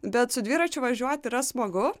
bet su dviračiu važiuot yra smagu